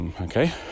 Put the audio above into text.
okay